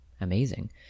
Amazing